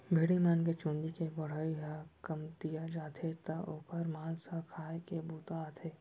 भेड़ी मन के चूंदी के बढ़ई ह कमतिया जाथे त ओकर मांस ह खाए के बूता आथे